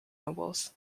nobles